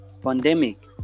pandemic